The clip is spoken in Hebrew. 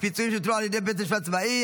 פיצויים שהוטלו על ידי בית משפט צבאי),